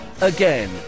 again